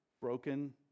broken